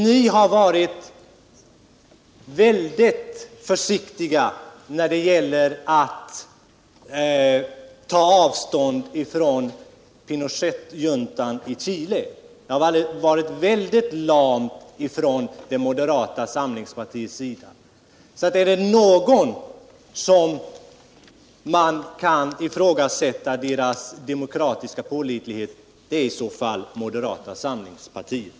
Ni har också varit väldigt försiktiga när det gällt att ta avstånd från Pinochetjuntan i Chite. Där har moderata samlingspartiet uppträtt mycket lamt. Om det är någon vars demokratiska pålitlighet man kan ifrågasätta så är det moderata samlingspartiets.